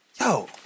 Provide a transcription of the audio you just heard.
Yo